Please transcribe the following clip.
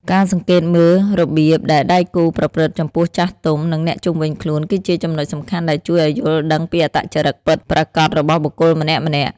ការសង្កេតមើលរបៀបដែលដៃគូប្រព្រឹត្តចំពោះចាស់ទុំ និងអ្នកជុំវិញខ្លួន គឺជាចំណុចសំខាន់ដែលជួយឱ្យយល់ដឹងពីអត្តចរិតពិតប្រាកដរបស់បុគ្គលម្នាក់ៗ។